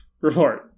report